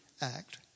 Act